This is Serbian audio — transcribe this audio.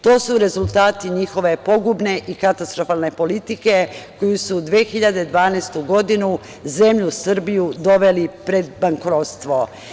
To su rezultati njihove pogubne i katastrofalne politike, koju su 2012. godinu zemlju Srbiju doveli pred bankrotstvo.